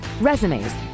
resumes